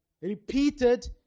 repeated